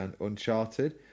Uncharted